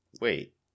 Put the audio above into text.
wait